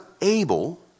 able